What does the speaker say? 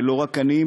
ולא רק אני,